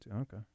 Okay